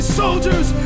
soldiers